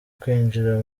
kwinjira